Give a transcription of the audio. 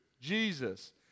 Jesus